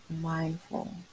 mindful